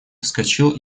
вскочил